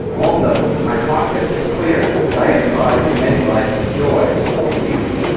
also my conscience is clear that i have tried to make life a joy to you.